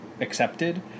accepted